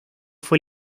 fue